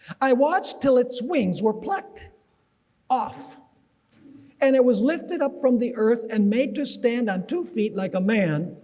i watched till its wings were plucked off and it was lifted up from the earth and made to stand on two feet like a man,